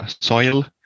soil